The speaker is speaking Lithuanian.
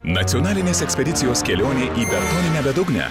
nacionalinės ekspedicijos kelionė į betoninę bedugnę